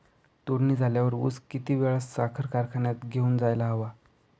तोडणी झाल्यावर ऊस किती वेळात साखर कारखान्यात घेऊन जायला हवा?